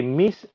miss